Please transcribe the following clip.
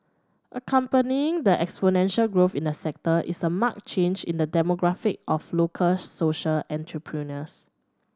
accompanying the exponential growth in the sector is a marked change in the demographic of local social entrepreneurs